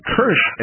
curse